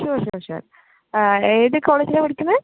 sure sure sure ഏത് കോളേജിലാ പഠിക്കുന്നത്